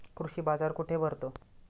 कृषी बाजार कुठे भरतो?